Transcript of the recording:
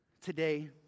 today